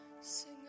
Sing